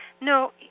No